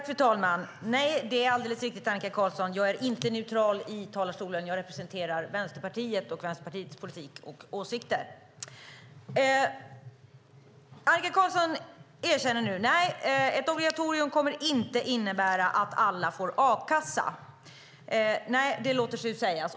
Fru talman! Nej, det är alldeles riktigt, Annika Qarlsson, att jag inte är neutral i talarstolen. Jag representerar Vänsterpartiet och Vänsterpartiets politik och åsikter. Annika Qarlsson erkänner nu: Nej, ett obligatorium kommer inte att innebära att alla får a-kassa. Det låter sig sägas.